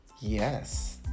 yes